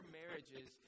marriages